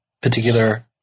particular